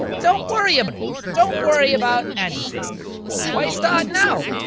don't worry about it don't worry about anything why start now?